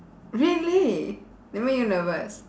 really they make you nervous